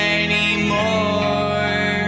anymore